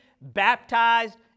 baptized